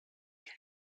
quel